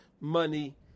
money